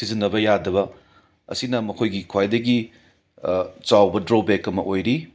ꯁꯤꯖꯟꯅꯕ ꯌꯥꯗꯕ ꯑꯁꯤꯅ ꯃꯈꯣꯏꯒꯤ ꯈ꯭ꯋꯥꯏꯗꯒꯤ ꯆꯥꯎꯕ ꯗ꯭ꯔꯣꯕꯦꯛ ꯑꯃ ꯑꯣꯏꯔꯤ